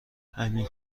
همین